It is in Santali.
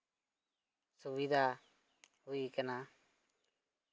ᱥᱩᱵᱤᱫᱷᱟ ᱦᱩᱭ ᱟᱠᱟᱱᱟ